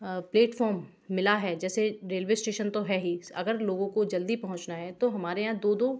platform मिला है जैसे रेलवे इस्टेशन तो है ही अगर लोगों को जल्दी पहुंचना है तो हमारे यहाँ दो दो